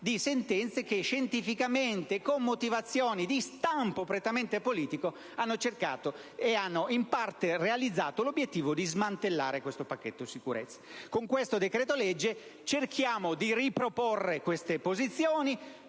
di sentenze che scientificamente e con motivazioni di stampo prettamente politico hanno cercato, e in parte ci sono riuscite, di smantellare questo pacchetto sicurezza. Con il decreto-legge in esame cerchiamo di riproporre queste posizioni,